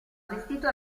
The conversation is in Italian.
vestito